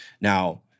Now